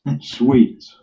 Sweet